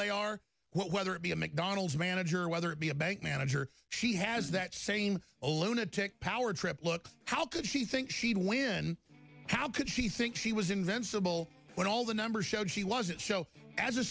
they are whether it be a mcdonald's manager whether it be a bank manager she has that same a lunatic power trip look how could he think she'd win how could she think she was invincible when all the numbers showed she wasn't so as a